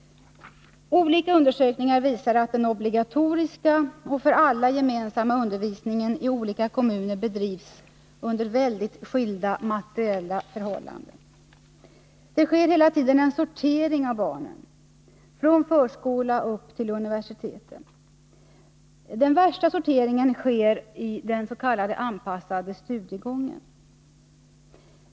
Olika undersökningar visar att den obligatoriska och för alla gemensamma undervisningen i olika kommuner bedrivs under mycket skilda materiella förhållanden. Det sker hela tiden en sortering av barnen, från förskola upp till universiteten. Den värsta sorteringen sker i den s.k. anpassade studiegången.